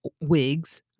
wigs